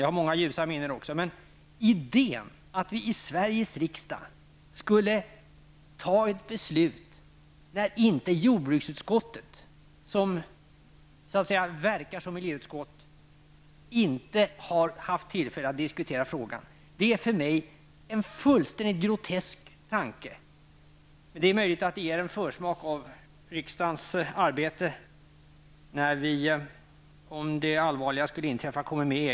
Jag har många ljusa minnen också, men idén att vi i Sveriges riksdag skulle fatta ett beslut där inte jordbruksutskottet, som så att säga är riksdagens miljöutskott, inte har haft tillfälle att ens diskutera frågan är för mig fullständigt grotesk. Det är möjligt att det ger en försmak av riksdagens arbete när vi, om det allvarligaste skulle inträffa, går med i EG.